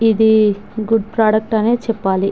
ఇది good product అనే చెప్పాలి